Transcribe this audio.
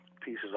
pieces